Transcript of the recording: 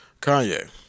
Kanye